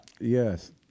Yes